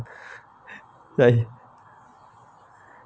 like